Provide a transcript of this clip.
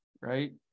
right